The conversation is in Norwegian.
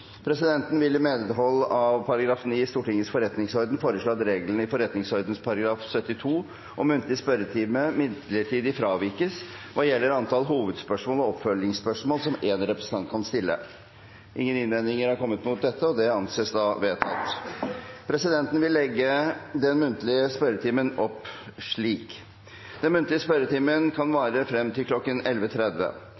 midlertidig fravikes hva gjelder antall hovedspørsmål og oppfølgingsspørsmål som én representant kan stille. Ingen innvendinger er kommet. – Det anses vedtatt. Presidenten vil legge den muntlige spørretimen opp slik: Den muntlige spørretimen kan